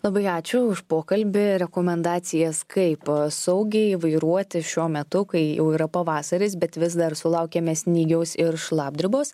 labai ačiū už pokalbį rekomendacijas kaip saugiai vairuoti šiuo metu kai jau yra pavasaris bet vis dar sulaukėme snygiaus ir šlapdribos